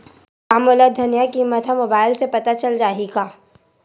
का मोला धनिया किमत ह मुबाइल से पता चल जाही का?